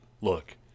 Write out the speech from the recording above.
Look